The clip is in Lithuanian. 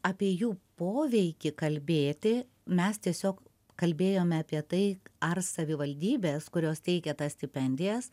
apie jų poveikį kalbėti mes tiesiog kalbėjome apie tai ar savivaldybės kurios teikia tas stipendijas